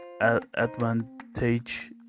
advantage